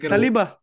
Saliba